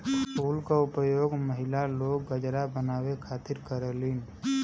फूल के उपयोग महिला लोग गजरा बनावे खातिर करलीन